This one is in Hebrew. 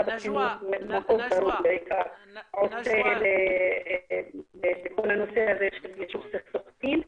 דרום בעיקר בכל הנושא הזה של יישוב סכסוכים.